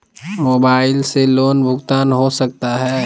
Mobile से loan भुगतान हो सकता है?